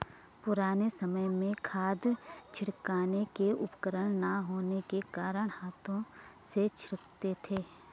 पुराने समय में खाद छिड़कने के उपकरण ना होने के कारण हाथों से छिड़कते थे